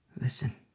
Listen